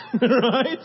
right